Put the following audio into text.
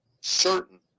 certain